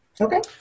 Okay